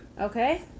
Okay